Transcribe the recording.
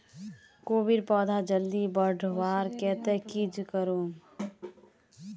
कोबीर पौधा जल्दी बढ़वार केते की करूम?